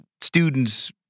students